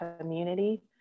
community